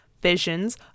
visions